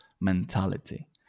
mentality